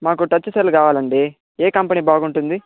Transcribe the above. మాకు touch cell కావాలండి ఏ కంపెని బాగుంటుంది